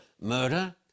murder